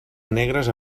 negres